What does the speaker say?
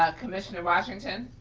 ah commissioner washington.